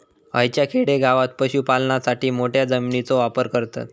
हयच्या खेडेगावात पशुपालनासाठी मोठ्या जमिनीचो वापर करतत